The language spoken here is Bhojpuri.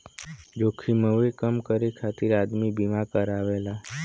जोखिमवे कम करे खातिर आदमी बीमा करावेला